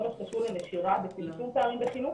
מה שקשור לנשירה וצמצום פערים בחינוך